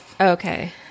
Okay